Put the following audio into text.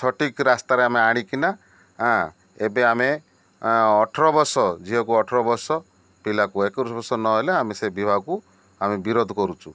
ସଠିକ୍ ରାସ୍ତାରେ ଆମେ ଆଣିକିନା ଏବେ ଆମେ ଅଠର ବର୍ଷ ଝିଅକୁ ଅଠର ବର୍ଷ ପିଲାକୁ ଏକୋଇଶ ବର୍ଷ ନହେଲେ ଆମେ ସେ ବିବାହକୁ ଆମେ ବିରୋଧ କରୁଛୁ